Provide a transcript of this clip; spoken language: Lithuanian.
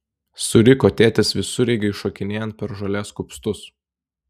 suriko tėtis visureigiui šokinėjant per žolės kupstus